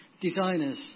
designers